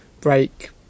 break